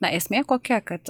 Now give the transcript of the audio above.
na esmė kokia kad